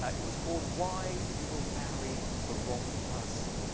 it was called, why you will marry the wrong person.